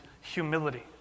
humility